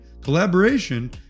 collaboration